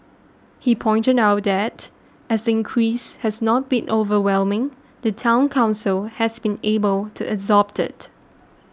he pointed out that as the increase has not been overwhelming the Town Council has been able to absorb it